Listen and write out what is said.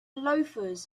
loafers